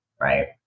right